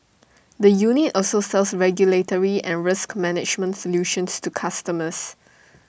the unit also sells regulatory and risk management solutions to customers